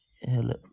Hello